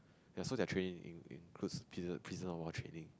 ya so their training in includes prison prisoner war training